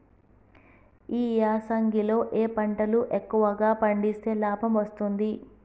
ఈ యాసంగి లో ఏ పంటలు ఎక్కువగా పండిస్తే లాభం వస్తుంది?